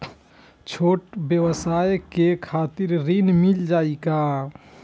छोट ब्योसाय के खातिर ऋण मिल जाए का?